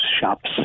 shops